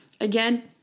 Again